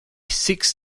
seeks